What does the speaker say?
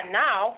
now